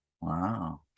Wow